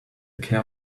care